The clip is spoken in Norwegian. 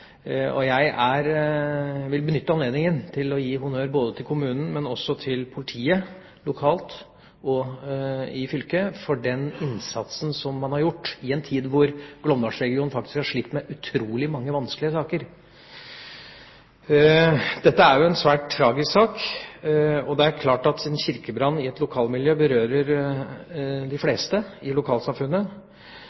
vil benytte anledningen til å gi honnør både til kommunen og til politiet lokalt og fylket for den innsatsen de har gjort i en tid hvor Glåmdalsregionen faktisk har slitt med utrolig mange vanskelige saker. Dette er en svært tragisk sak. Det er klart at en kirkebrann berører de fleste i